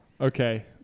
Okay